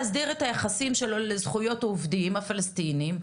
חוסכים, בין אם הם פלסטינים,